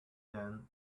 then